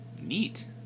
Neat